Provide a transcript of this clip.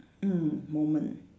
mm moment